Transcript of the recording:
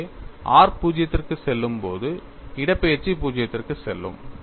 எனவே r 0 க்குச் செல்லும்போது இடப்பெயர்ச்சி 0 க்குச் செல்லும்